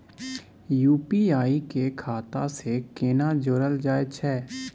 UPI के खाता सं केना जोरल जाए छै?